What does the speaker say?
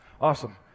Awesome